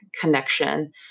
connection